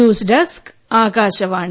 news desk Akashvani